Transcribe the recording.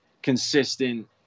consistent